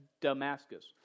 Damascus